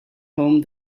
home